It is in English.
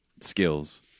skills